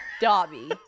Dobby